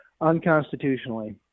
unconstitutionally